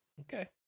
Okay